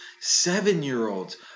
Seven-year-olds